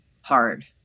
hard